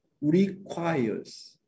requires